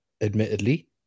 admittedly